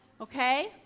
okay